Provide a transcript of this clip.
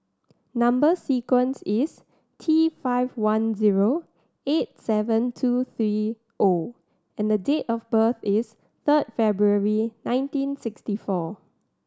number sequence is T five one zero eight seven two three O and date of birth is third February nineteen sixty four